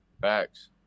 Facts